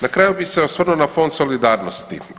Na kraju bi se osvrnuo na Fond solidarnosti.